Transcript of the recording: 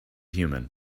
human